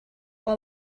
all